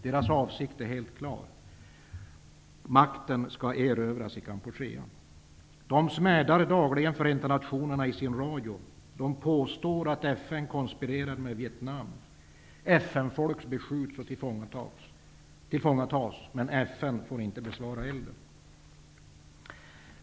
Deras avsikt är helt klar: makten skall erövras i Kambodja. De röda khmererna smädar dagligen Förenta nationerna i sin radio. De påstår att FN konspirerar med Vietnam. FN-folk beskjuts och tillfångatas, men FN får inte besvara elden.